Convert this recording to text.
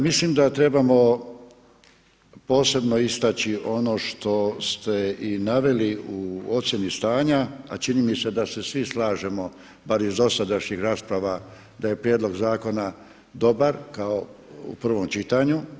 Mislim da trebamo posebno istaći ono što ste i naveli u ocjeni stanja, a čini mi se da se svi slažemo bar iz dosadašnjih rasprava da je prijedlog zakona dobar kao u prvom čitanju.